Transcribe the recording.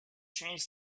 change